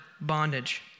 bondage